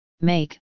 make